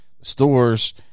stores